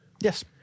Yes